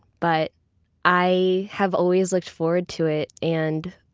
but i have always looked forward to it. and,